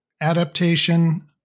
adaptation